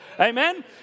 Amen